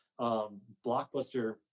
blockbuster